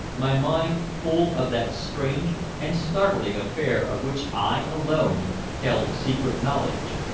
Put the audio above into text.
my mind full of that strange and startling affair of which i alone held secret knowledge.